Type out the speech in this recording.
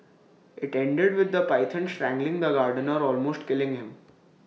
IT ended with the python strangling the gardener almost killing him